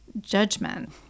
judgment